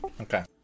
Okay